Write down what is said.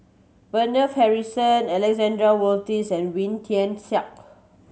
Bernard Harrison Alexander Wolters and Wee Tian Siak